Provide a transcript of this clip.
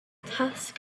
tusk